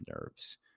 nerves